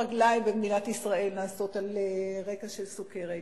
רוב קטיעות הרגליים במדינת ישראל נעשות על רקע של סוכרת.